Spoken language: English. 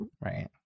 Right